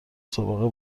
سابقه